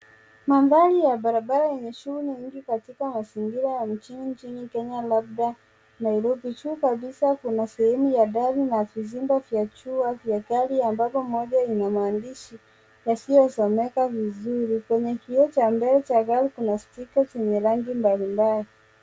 Mandhari ya barabara yenye shughuli nyingi katika mazingira ya mjini nchini Kenya labda Nairobi. Juu kabisa kuna sehemu ya dari na vizimba vya jua vyenye gari ambapo moja ina maandishi yasiyosomeka vizuri. Kwenye kio cha mbele cha gari kuna stika zenye rangi mbalimbali.